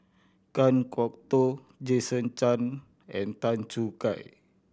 Kan Kwok Toh Jason Chan and Tan Choo Kai